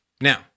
Now